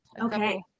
Okay